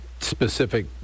specific